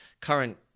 current